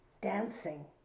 dancing